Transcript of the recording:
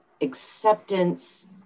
acceptance